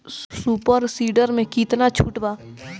Super seeder मै कितना छुट बा?